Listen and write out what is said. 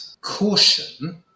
caution